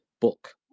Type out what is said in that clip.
book